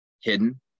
hidden